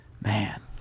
man